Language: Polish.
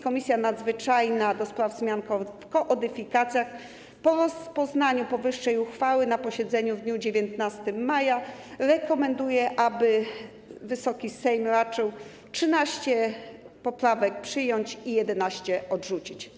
Komisja Nadzwyczajna do spraw zmian w kodyfikacjach po rozpoznaniu powyższej uchwały na posiedzeniu w dniu 19 maja rekomenduje, aby Wysoki Sejm raczył 13 poprawek przyjąć i 11 odrzucić.